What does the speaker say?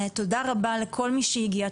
תודה רבה לכל מי שהגיע,